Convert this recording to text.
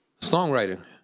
Songwriting